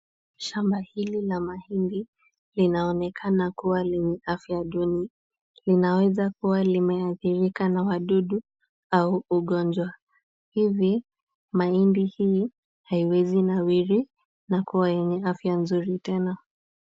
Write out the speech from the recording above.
Shamba ili la mahindi, linaonekana kuwa lina afya duni. Linaweza kuwa limeathirika na wadudu, au ugonjwa. Hivi, mahindi hii haiwezi nawiri na kuwa yenye afya nzuri tena.